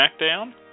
SmackDown